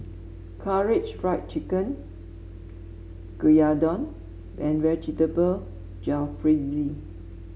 Karaage Fried Chicken Gyudon and Vegetable Jalfrezi